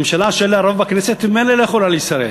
ממשלה שאין לה רוב בכנסת ממילא לא יכולה להישרד.